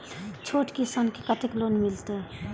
छोट किसान के कतेक लोन मिलते?